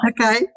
Okay